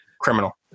criminal